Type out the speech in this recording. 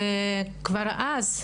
כבר אז,